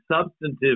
substantive